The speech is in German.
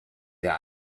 der